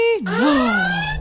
No